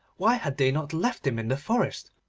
why had they not left him in the forest,